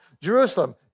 Jerusalem